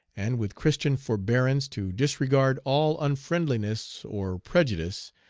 and with christian forbearance to disregard all unfriendliness or prejudice,